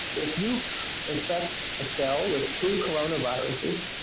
if you infect a cell with two coronaviruses,